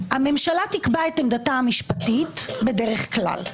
הממשלה תקבע את עמדתה המשפטית בדרך כלל.